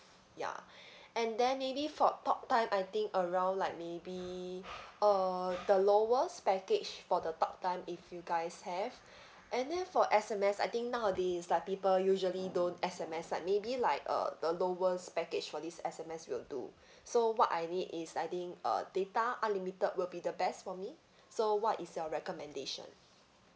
ya and then maybe for talk time I think around like maybe uh the lowest package for the talk time if you guys have and then for S_M_S I think nowadays like people usually don't S_M_S like maybe like uh the lowest package for this S_M_S will do so what I need is I think uh data unlimited will be the best for me so what is your recommendation